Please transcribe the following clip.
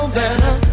better